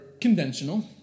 conventional